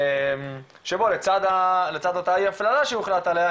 שבו לצד אותה אי-הפללה שהוחלט עליה,